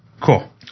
Cool